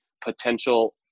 potential